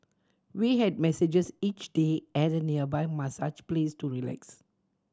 we had massages each day at a nearby massage place to relax